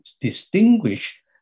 distinguish